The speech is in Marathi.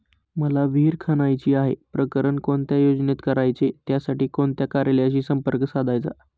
मला विहिर खणायची आहे, प्रकरण कोणत्या योजनेत करायचे त्यासाठी कोणत्या कार्यालयाशी संपर्क साधायचा?